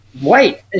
White